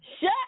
Shut